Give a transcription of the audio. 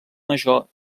major